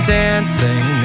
dancing